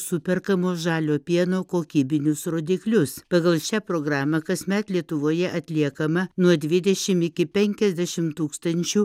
superkamo žalio pieno kokybinius rodiklius pagal šią programą kasmet lietuvoje atliekama nuo dvidešim iki penkiasdešim tūkstančių